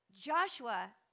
Joshua